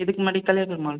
இதுக்கு முன்னாடி கலியபெருமாள்